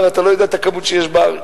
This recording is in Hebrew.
אתה לא יודע את הכמות שיש בארץ.